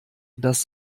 dass